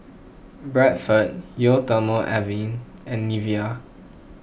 Bradford Eau thermale Avene and Nivea